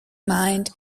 mind